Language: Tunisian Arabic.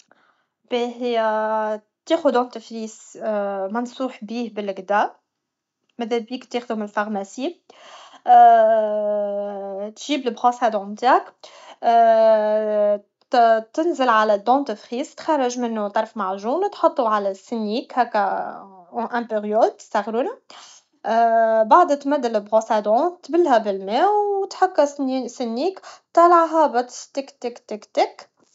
باهي تأخذ دونتيفريس منصوح بيه بالجدا مذابيك تاخذو من لفارماسي تجيب لبغوسادون نتاعك تنزل عل الدنتيفريس تخرج منو طرف معجون حطو على سنيك هكا ان بيريود صغرونه مبعد تمد لبغوسة دون تبلها بالما و تحك سنيك طالع هابط تكتكتكتك